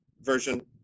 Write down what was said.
version